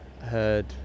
heard